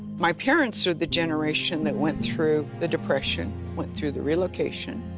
my parents are the generation that went through the depression, went through the relocation,